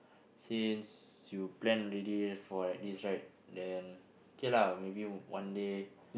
since you plan already for like this right then okay lah maybe one day